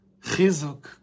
Chizuk